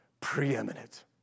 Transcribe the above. preeminent